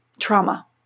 trauma